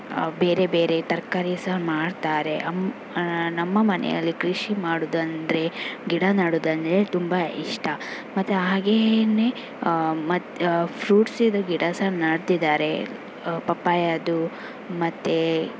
ಬೇರೆ ಬೇರೆ ತರಕಾರಿ ಸಹ ಮಾರ್ತಾರೆ ನಮ್ಮ ಮನೆಯಲ್ಲಿ ಕೃಷಿ ಮಾಡುವುದಂದ್ರೆ ಗಿಡ ನೆಡುವುದಂದ್ರೆ ತುಂಬ ಇಷ್ಟ ಮತ್ತು ಹಾಗೆಯೇ ಮತ್ತು ಫ್ರೂಟ್ಸಿನದು ಗಿಡ ಸಹ ನಡ್ದಿದಾರೆ ಪಪ್ಪಾಯದ್ದು ಮತ್ತು